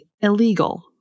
illegal